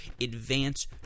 advance